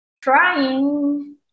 Trying